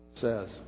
says